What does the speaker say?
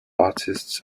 artists